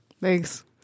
Thanks